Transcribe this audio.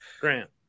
Grant